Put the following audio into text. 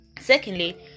Secondly